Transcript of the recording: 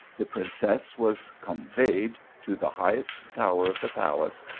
the princess was conveyed to the highest tower of the palace,